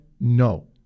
No